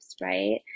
right